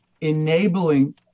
enabling